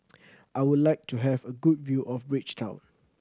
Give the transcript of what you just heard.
I would like to have a good view of Bridgetown